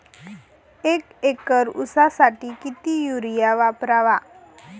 एक एकर ऊसासाठी किती युरिया वापरावा?